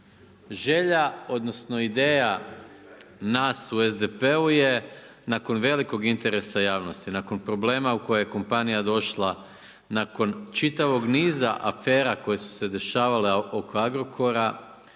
Želja odnosno ideja nas u SDP-u je nakon velikog interesa javnost, nakon problema u koje je kompanija došla nakon čitavog niza afera koje su se dešavale oko Agrokora,